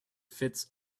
fits